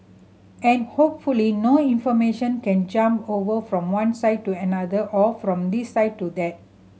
and hopefully no information can jump over from one side to another or from this side to that